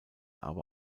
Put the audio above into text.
aber